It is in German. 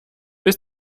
bis